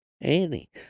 Annie